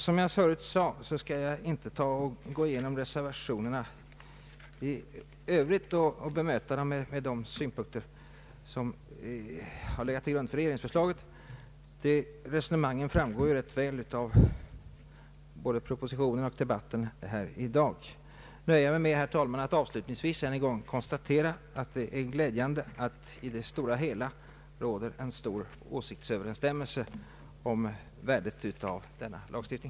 Som jag sade förut, skall jag inte gå igenom reservationerna i övrigt och bemöta dem med de synpunkter som har legat till grund för regeringsförslaget. Resonemangen framgår ju rätt väl av både propositionen och debatten här i dag. Jag nöjer mig, herr talman, med att avslutningsvis än en gång konstatera att det är glädjande att det i det stora hela råder åsiktsöverensstämmelse om värdet av denna lagstiftning.